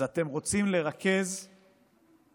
אז אתם רוצים לרכז בממשלה,